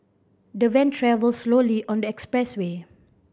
the van travelled slowly on the expressway